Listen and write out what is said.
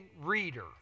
reader